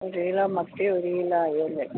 ഒര് കിലോ മത്തി ഒര് കിലോ അയലയും